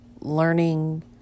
learning